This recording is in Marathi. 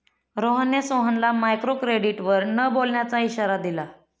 रोहनने सोहनला मायक्रोक्रेडिटवर न बोलण्याचा इशारा दिला